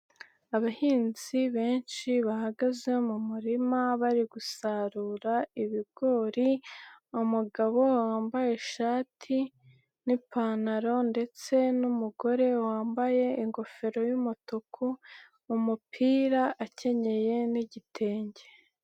Abahinzi benshi bahagaze mu murima bari gusarura ibigori, umugabo wambaye ishati n'ipantaro ndetse n'umugore wambaye ingofero y'umutuku, mu mupira akenyeye n'igitenge.